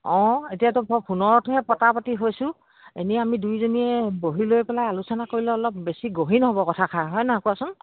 অঁ এতিয়াতো ফোনতহে পতা পতি হৈছোঁ এনেই আমি দুইজনীয়ে বহি লৈ পেলাই আলোচনা কৰিলে অলপ বেছি গহিন হ'ব কথাষাৰ হয় নহয় কোৱাচোন